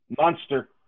Monster